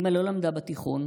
אימא לא למדה בתיכון,